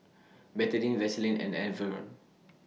Betadine Vaselin and Enervon